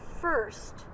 first